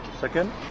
Second